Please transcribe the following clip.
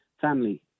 family